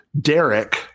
Derek